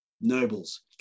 nobles